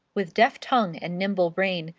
with deft tongue and nimble brain,